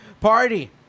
Party